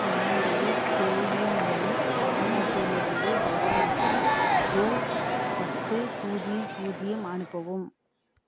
என்னுடைய பேயூமனி வாலெட்டிலிருந்து பவானிக்கு ரூ பத்து பூஜ்ஜியம் பூஜ்ஜியம் அனுப்பவும்